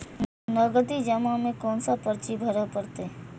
नगदी जमा में कोन सा पर्ची भरे परतें?